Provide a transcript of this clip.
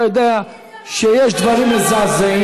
אתה יודע שיש דברים מזעזעים.